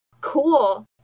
cool